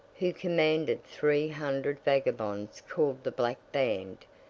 who commanded three hundred vagabonds called the black band,